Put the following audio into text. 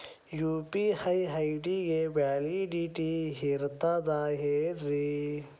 UPI ID ಗೆ validity ಇರತದ ಏನ್ರಿ?